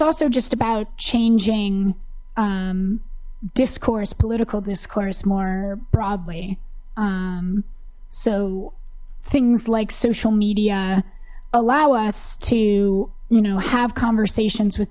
also just about changing discourse political discourse more broadly so things like social media allow us to you know have conversations with